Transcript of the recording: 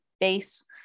base